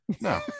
no